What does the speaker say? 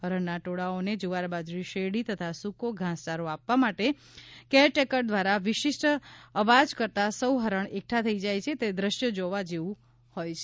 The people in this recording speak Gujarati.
હરણના ટોળાને જુવારબાજરી શેરડી તથા સૂકો ઘાસચારો આપવા માટે કેરટેકર દ્વારા વિશિષ્ટ અવાજ કરાતા સૌ હરણ એકઠા થઇ જાય છે તે દ્રશ્ય જેવા જેવું હોય છે